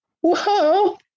whoa